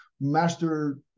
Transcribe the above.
Master